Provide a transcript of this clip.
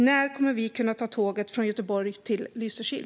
När kommer vi att kunna ta tåget från Göteborg till Lysekil?